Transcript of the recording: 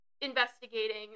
investigating